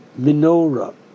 menorah